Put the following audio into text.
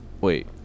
Wait